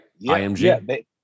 img